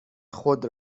خود